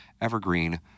Evergreen